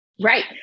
Right